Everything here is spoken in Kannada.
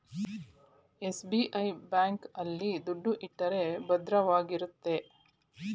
ಎಸ್.ಬಿ.ಐ ಬ್ಯಾಂಕ್ ಆಲ್ಲಿ ದುಡ್ಡು ಇಟ್ಟರೆ ಭದ್ರವಾಗಿರುತ್ತೆ